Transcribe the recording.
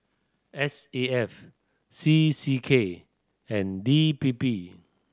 S A F C C K and D P P